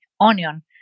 onion